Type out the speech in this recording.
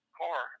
car